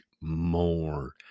more